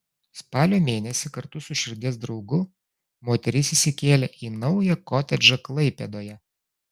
spalio mėnesį kartu su širdies draugu moteris įsikėlė į naują kotedžą klaipėdoje